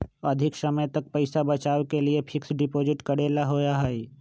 अधिक समय तक पईसा बचाव के लिए फिक्स डिपॉजिट करेला होयई?